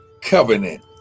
covenant